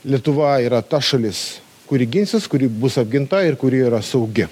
lietuva yra ta šalis kuri ginsis kuri bus apginta ir kuri yra saugi